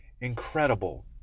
incredible